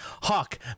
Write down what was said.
Hawk